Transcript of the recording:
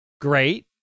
great